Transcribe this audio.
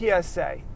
PSA